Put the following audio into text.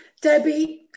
Debbie